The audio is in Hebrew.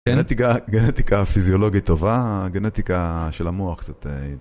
גנטיקה פיזיולוגית טובה, גנטיקה של המוח קצת...